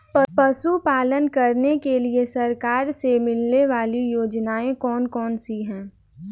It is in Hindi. पशु पालन करने के लिए सरकार से मिलने वाली योजनाएँ कौन कौन सी हैं?